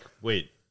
wait